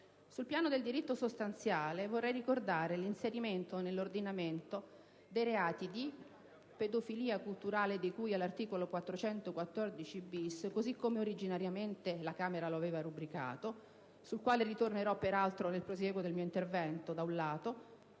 Sul piano del diritto sostanziale, vorrei ricordare l'inserimento nell'ordinamento dei reati di pedofilia culturale di cui all'articolo 414-*bis*, così come originariamente rubricato dalla Camera (sul quale, peraltro, tornerò nel prosieguo del mio intervento), da un lato,